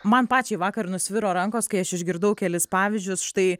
man pačiai vakar nusviro rankos kai aš išgirdau kelis pavyzdžius štai